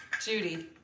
Judy